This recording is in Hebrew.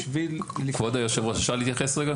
כבוד היושב-ראש, אפשר להתייחס רגע?